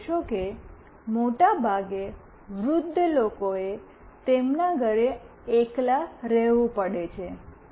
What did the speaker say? તમે જોશો કે મોટાભાગે વૃદ્ધ લોકો એ તેમના ઘરે એકલા રહેવું પડે છે